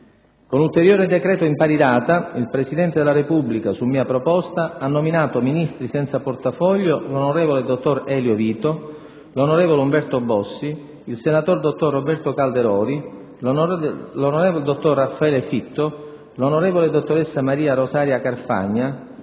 Con ulteriore decreto in pari data, il Presidente della Repubblica, su mia proposta, ha nominato Ministri senza portafoglio l'on. dott. Elio VITO, l'on. Umberto BOSSI, il sen. dott. Roberto CALDEROLI, l'on. dott. Raffaele FITTO, l'on. dott.ssa Maria Rosaria CARFAGNA,